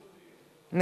לא, גברתי.